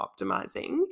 optimizing